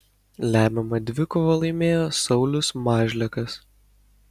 lemiamą dvikovą laimėjo saulius mažlekas